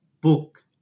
book